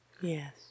Yes